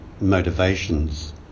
motivations